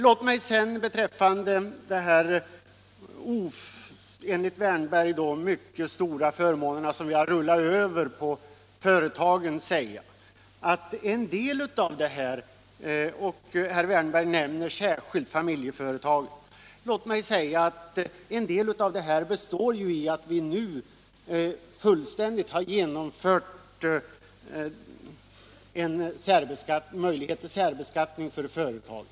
Låt mig beträffande de enligt herr Wärnberg mycket stora förmåner som vi rullar över på företagen — herr Wärnberg nämner särskilt familjeföretagen — säga att en del av reformen består i att vi nu fullständigt har genomfört en möjlighet till särbeskattning för företag.